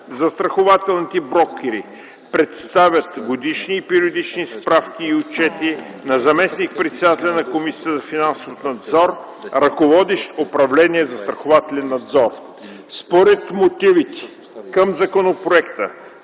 застрахователните брокери представят годишни и периодични справки и отчети на заместник председателя на Комисията за финансов надзор, ръководещ управление „Застрахователен надзор”. Според мотивите към законопроекта